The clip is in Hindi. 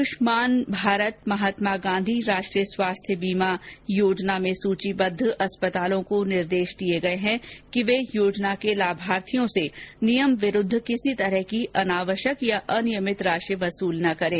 आयुष्मान भारत महात्मा गांधी राष्ट्रीय स्वास्थ्य बीमा योजना में सूचीबद्ध अस्पतालों को निर्देश दिये गये हैं कि योजना के लाभार्थियों से नियम विरूद्ध किसी प्रकार की अनावश्यक तथा अनियमित राशि वसूल न करें